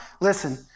Listen